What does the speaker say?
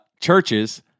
churches